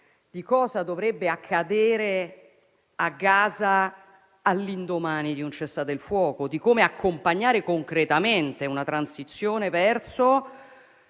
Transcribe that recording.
di cosa dovrebbe accadere a Gaza all'indomani di un cessate il fuoco e di come accompagnare concretamente una transizione verso